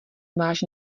máš